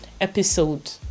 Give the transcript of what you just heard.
episode